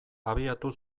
abiatu